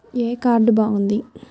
ఏ card బాగుంది?